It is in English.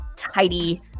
tidy